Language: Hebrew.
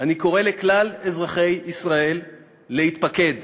אני קורא לכלל אזרחי ישראל להתפקד,